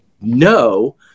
no